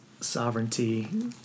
sovereignty